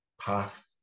path